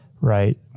right